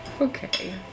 Okay